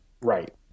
Right